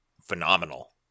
phenomenal